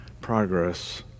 progress